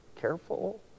careful